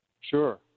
Sure